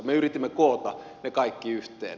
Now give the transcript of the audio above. me yritimme koota heidät kaikki yhteen